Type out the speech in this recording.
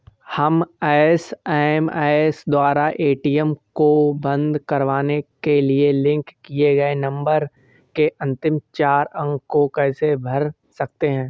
हम एस.एम.एस द्वारा ए.टी.एम को बंद करवाने के लिए लिंक किए गए नंबर के अंतिम चार अंक को कैसे भर सकते हैं?